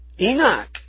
Enoch